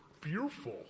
fearful